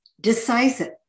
decisive